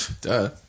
Duh